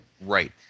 Right